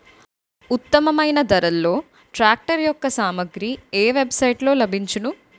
ఉత్తమమైన ధరలో ట్రాక్టర్ యెక్క సామాగ్రి ఏ వెబ్ సైట్ లో లభించును?